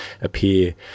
appear